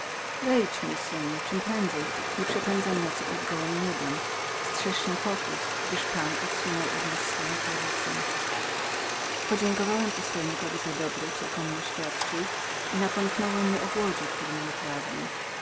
wejdź mój synu czemprędzej nieprzepędzaj nocy pod gołem niebem strzeż się pokus gdyż pan odsunął od nas swoją prawicę prawicę podziękowałem pustelnikowi za dobroć jaką mi oświadczył i napomknąłem mu o głodzie który mnie trawił